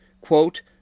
Quote